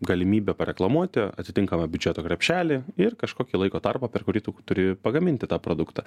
galimybę pareklamuoti atitinkamą biudžeto krepšelį ir kažkokį laiko tarpą per kurį tu turi pagaminti tą produktą